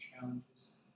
challenges